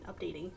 updating